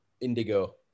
Indigo